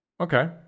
okay